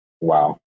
Wow